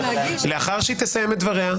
לאחר שהיא תסיים את דבריה,